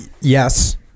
Yes